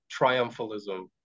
triumphalism